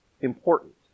important